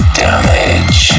damage